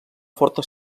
forta